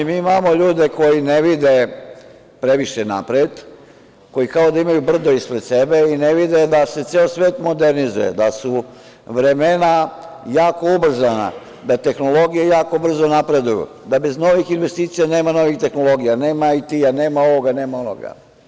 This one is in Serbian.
Mi imamo ljude koji ne vide previše napred, koji kao da imaju brdo ispred sebe i ne vide da se ceo svet modernizuje, da su vremena jako ubrzana, da tehnologije jako brzo napreduju, da bez novih investicija nema novih tehnologija, nema IT, nema ovoga, nema onoga.